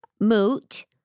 Moot